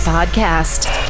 Podcast